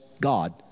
God